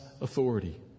authority